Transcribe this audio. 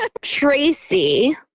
Tracy